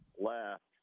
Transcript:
left